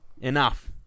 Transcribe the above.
Enough